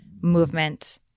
movement